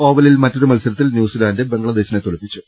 ഓവലിൽ മറ്റൊരു മത്സരത്തിൽ ന്യൂസിലാന്റ് ബംഗ്ലാദേശിനെ തോൽപി ച്ചു